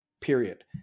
period